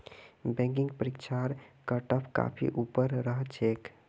banking परीक्षार cutoff काफी ऊपर रह छेक